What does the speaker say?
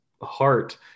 heart